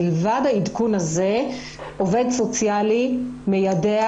מלבד העדכון הזה עובד סוציאלי מיידע